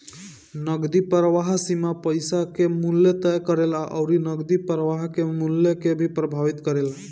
नगदी प्रवाह सीमा पईसा कअ मूल्य तय करेला अउरी नगदी प्रवाह के मूल्य के भी प्रभावित करेला